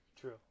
True